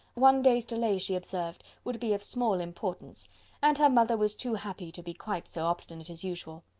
one day's delay, she observed, would be of small importance and her mother was too happy to be quite so obstinate as usual.